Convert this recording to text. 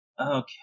Okay